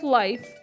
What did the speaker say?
life